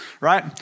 right